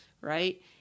right